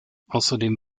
außerdem